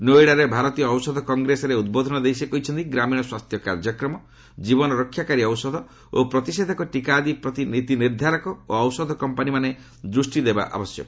ନୋଇଡାରେ ଭାରତୀୟ ଔଷଧ କଂଗ୍ରେସରେ ଉଦ୍ବୋଧନ ଦେଇ ସେ କହିଛନ୍ତି ଗ୍ରାମୀଣ ସ୍ୱାସ୍ଥ୍ୟ କାର୍ଯ୍ୟକ୍ରମ ଜୀବନ ରକ୍ଷାକାରୀ ଔଷଧ ଓ ପ୍ରତିଷେଧକ ଟୀକା ଆଦି ପ୍ରତି ନୀତି ନିର୍ଦ୍ଧାରକ ଓ ଔଷଧ କମ୍ପାନିମାନେ ଦୂଷ୍ଟିଦେବା ଆବଶ୍ୟକ